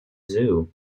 zoo